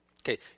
Okay